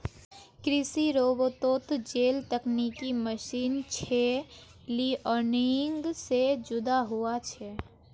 कृषि रोबोतोत जेल तकनिकी मशीन छे लेअर्निंग से जुदा हुआ छे